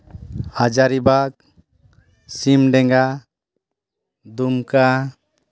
ᱦᱟᱡᱟᱨᱤᱵᱟᱜᱽ ᱥᱤᱢᱰᱮᱸᱜᱟ ᱫᱩᱢᱠᱟ